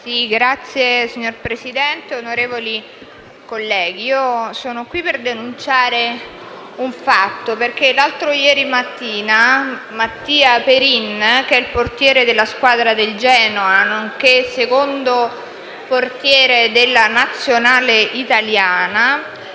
*(PD)*. Signor Presidente, onorevoli colleghi, sono qui per denunciare un fatto: l'altro ieri mattina Mattia Perin, portiere della squadra del Genoa, nonché secondo portiere della nazionale italiana,